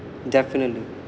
definitely